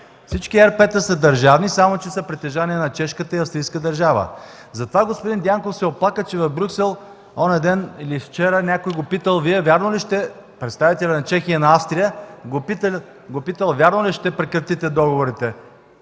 Всички ЕРП-та са държавни, само че са притежание на Чешката и Австрийската държава. Затова господин Дянков се оплака, че в Брюксел онзи ден или вчера някои представители на Чехия и на Австрия го питали: „Вярно ли ще прекратите договорите?”